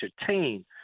entertain